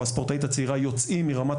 או הספורטאית הצעירה יוצאים מרמת